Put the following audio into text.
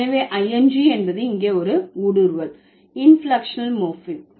எனவே i n g என்பது இங்கே ஒரு ஊடுருவல் இன்பிளெக்க்ஷனல் மோர்பீம்